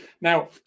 Now